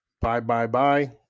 bye-bye-bye